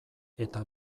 eta